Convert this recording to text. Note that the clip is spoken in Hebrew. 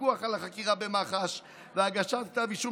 פיקוח על החקירה במח"ש והגשת כתב אישום